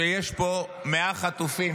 כשיש 100 חטופים,